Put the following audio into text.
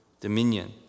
dominion